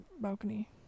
balcony